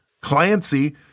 Clancy